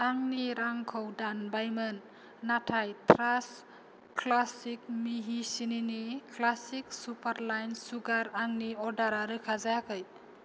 आंनि रांखौ दानबायमोन नाथाय ट्रास्ट क्लासिक मिहि सिनिनि क्लाशिक सुपार फाइनस सुगार आंनि अर्डारा रोखा जायाखै